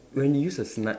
when you use a sni~